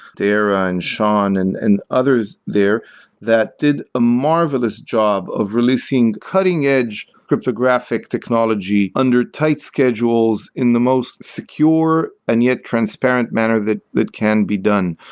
daira and sean and and others there that did a marvelous job of releasing cutting-edge cryptographic technology under tight schedules in the most secure and yet transparent manner that that can be done.